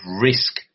risk